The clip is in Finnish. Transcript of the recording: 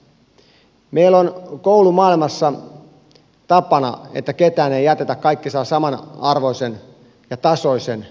meillä on koulumaailmassa tapana että ketään ei jätetä kaikki saavat samanarvoisen ja tasoisen koulutuksen ja opetuksen